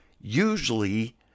usually